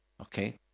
Okay